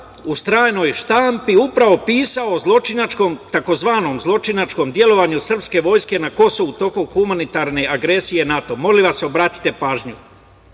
u stranoj štampi upravo pisao o tzv. zločinačkom delovanju srpske vojske na Kosovu tokom humanitarne agresije NATO. Molim vas obratite pažnju.